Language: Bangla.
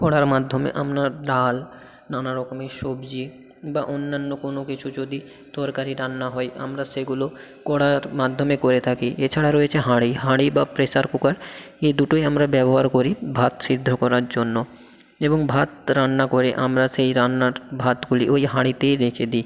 কড়ার মাধ্যমে আমরা ডাল নানা রকমের সবজি বা অন্যান্য কোনো কিছু যদি তরকারি রান্না হয় আমরা সেগুলো কড়ার মাধ্যমে করে থাকি এছাড়া রয়েছে হাঁড়ি হাঁড়ি বা প্রেসার কুকার এই দুটোই আমরা ব্যবহার করি ভাত সিদ্ধ করার জন্য এবং ভাত রান্না করে আমরা সেই রান্নার ভাতগুলি ওই হাঁড়িতেই রেখে দিই